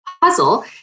puzzle